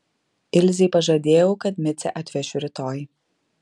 ilzei pažadėjau kad micę atvešiu rytoj